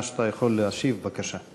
מה שאתה יכול להשיב, בבקשה.